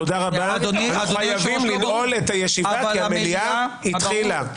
תודה רבה, הישיבה נעולה.